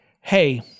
hey